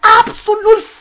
absolute